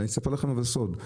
אני אספר לכם אבל סוד,